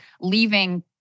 leaving